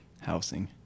housing